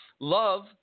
Love